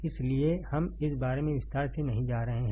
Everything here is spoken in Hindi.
इसलिए हम इस बारे में विस्तार से नहीं जा रहे हैं